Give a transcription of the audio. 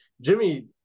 Jimmy